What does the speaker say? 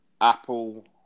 Apple